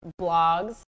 blogs